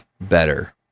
better